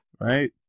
Right